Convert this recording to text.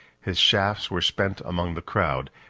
his shafts were spent among the crowd,